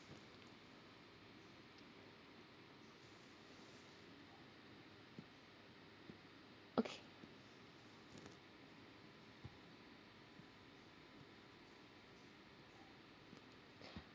okay